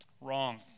Wrong